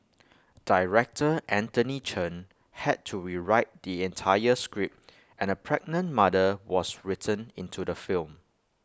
Director Anthony Chen had to rewrite the entire script and A pregnant mother was written into the film